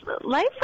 life